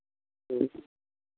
ह्म्म